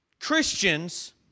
Christians